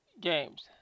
games